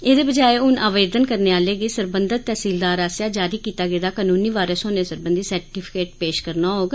एहदे बजाय हून आवेदन करने आहले गी सरबंघत तैहसीलदार आसेआ जारी कीता गेदा कानूनी वारिस होने सरबंघी सर्टिफिकेट पेश करना होग